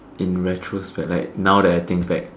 in retrospect like now that I think back